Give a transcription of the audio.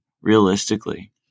realistically